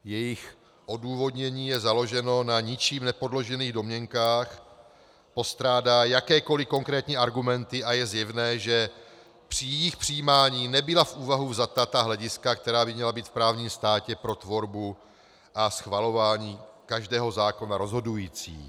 Jejich odůvodnění je založeno na ničím nepodložených domněnkách, postrádá jakékoliv konkrétní argumenty a je zjevné, že při jejich přijímání nebyla v úvahu vzata ta hlediska, která by měla být v právním státě pro tvorbu a schvalování každého zákona rozhodující.